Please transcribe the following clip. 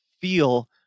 feel